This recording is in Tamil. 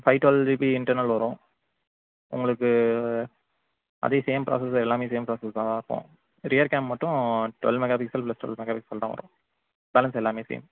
ஃபைவ் ட்வெல் ஜிபி இன்டர்னல் வரும் உங்களுக்கு அதே சேம் ப்ராஸஷர் எல்லாமே சேம் ப்ராஸஷ்ஸா தான் இருக்கும் ரியர் கேம் மட்டும் twelve mega pixel plus twelve mega pixel தான் வரும் பேலன்ஸ் எல்லாமே சேம்